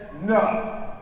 No